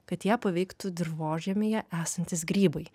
kad ją paveiktų dirvožemyje esantys grybai